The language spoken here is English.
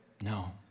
No